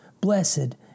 Blessed